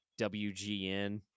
wgn